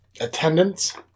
attendance